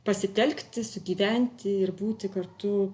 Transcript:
pasitelkti sugyventi ir būti kartu